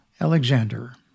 Alexander